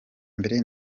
mbere